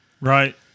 Right